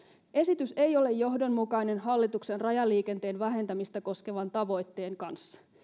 esitys ei ole johdonmukainen hallituksen rajaliikenteen vähentämistä koskevan tavoitteen kanssa